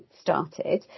started